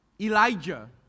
Elijah